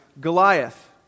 Goliath